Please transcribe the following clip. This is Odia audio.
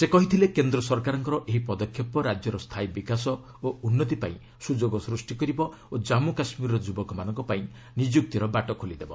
ସେ କହିଥିଲେ କେନ୍ଦ୍ର ସରକାରଙ୍କର ଏହି ପଦକ୍ଷେପ ରାଜ୍ୟର ସ୍ଥାୟୀ ବିକାଶ ଓ ଉନ୍ତି ପାଇଁ ସୁଯୋଗ ସୃଷ୍ଟି କରିବ ଓ ଜନ୍ମୁ କାଶ୍ମୀରର ଯୁବକମାନଙ୍କ ପାଇଁ ନିଯୁକ୍ତିର ବାଟ ଖୋଲିଦେବ